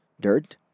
dirt